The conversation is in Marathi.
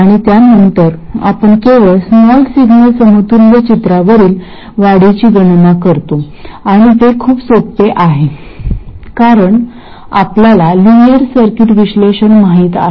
आणि त्यानंतर आपण केवळ स्मॉल सिग्नल समतुल्य चित्रावरील वाढीची गणना करतो आणि ते खूप सोपे आहे कारण आपल्याला लिनियर सर्किट विश्लेषण माहित आहे